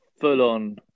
full-on